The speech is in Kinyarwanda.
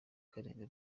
karenga